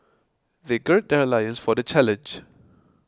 they gird their loins for the challenge